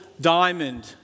diamond